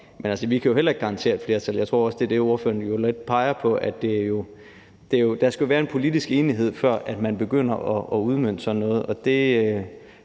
Men vi kan jo ikke garantere et flertal. Jeg tror også, det er det, ordføreren lidt peger på, altså at der jo skal være en politisk enighed, før man begynder at udmønte sådan noget,